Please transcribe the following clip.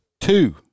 two